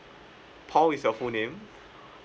paul is your full name